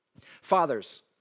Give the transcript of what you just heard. Fathers